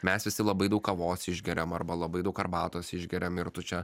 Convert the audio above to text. mes visi labai daug kavos išgeriam arba labai daug arbatos išgeriam ir tu čia